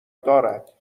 دارد